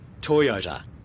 toyota